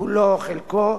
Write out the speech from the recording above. כולו או חלקו,